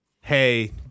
hey